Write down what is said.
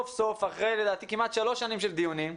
אחרי כמעט שלוש שנים של דיונים,